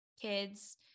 kids